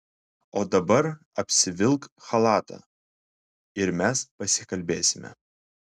o dabar apsivilk chalatą ir mes pasikalbėsime